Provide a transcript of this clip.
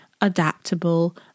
adaptable